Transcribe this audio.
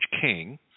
King